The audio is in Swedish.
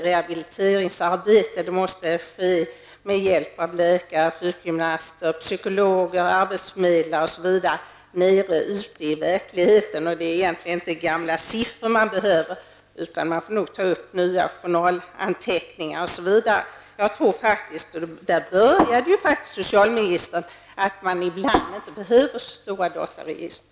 Rehabiliteringsarbetet måste ju utföras med hjälp av läkare, sjukgymnaster, psykologer, arbetsförmedlare m.fl. ute i verkligheten. Det är egentligen inte gamla siffror man behöver, utan man får nog ta upp nya journalanteckningar. Jag tror, och där började faktiskt socialministern, att man ibland inte behöver så stora dataregister.